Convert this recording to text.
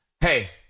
hey